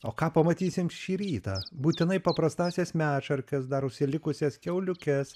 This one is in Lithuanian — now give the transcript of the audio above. o ką pamatysim šį rytą būtinai paprastąsias medšarkes dar užsilikusias kiauliukes